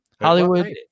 hollywood